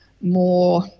more